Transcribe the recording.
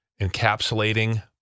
encapsulating